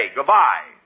Goodbye